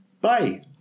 Bye